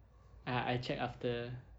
ah I check after